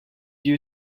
you